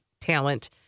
Talent